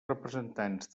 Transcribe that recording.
representants